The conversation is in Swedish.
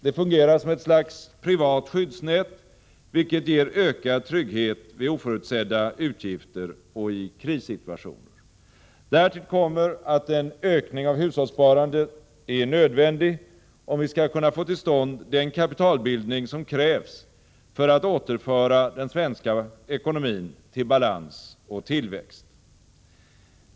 Det fungerar som ett slags privat skyddsnät, vilket ger ökad trygghet vid oförutsedda utgifter och i krissituationer. Därtill kommer att en ökning av hushållssparandet är nödvändigt om vi skall kunna få till stånd den kapitalbildning som krävs för att återföra den svenska ekonomin till balans och tillväxt.